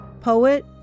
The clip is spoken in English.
poet